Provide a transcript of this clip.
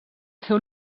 seu